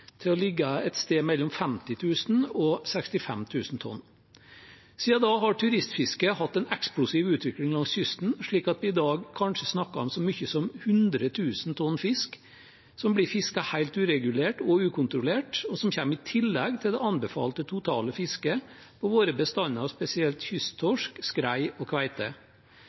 til å ligge et sted mellom 50 000 og 65 000 tonn. Siden da har turistfiske hatt en eksplosiv utvikling langs kysten, slik at vi i dag kanskje snakker om så mye som 100 000 tonn fisk som blir fisket helt uregulert og ukontrollert, og som kommer i tillegg til det anbefalte totale fisket av våre bestander, spesielt kysttorsk, skrei og kveite.